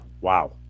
Wow